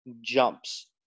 jumps